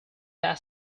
that